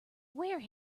where